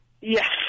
Yes